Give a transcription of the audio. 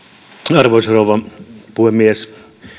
arvoisa rouva puhemies